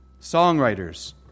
songwriters